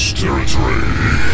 territory